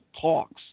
Talks